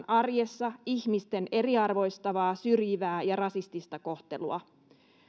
arjessa ihmisten eriarvoistavaa syrjivää ja rasistista kohtelua